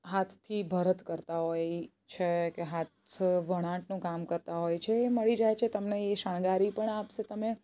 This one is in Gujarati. હાથથી ભરત કરતાં હોય છે કે હાથ વણાટનું કામ કરતા હોય છે એ મળી જાય છે તમને એ શણગારી પણ આપશે તમને